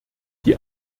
die